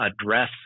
address